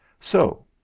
So